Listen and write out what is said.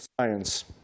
science